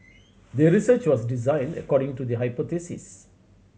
the research was designed according to the hypothesis